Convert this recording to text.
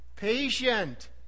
patient